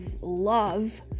love